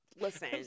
Listen